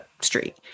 street